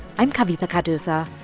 i'm kavitha cardoza.